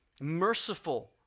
Merciful